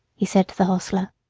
he said to the hostler.